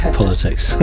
politics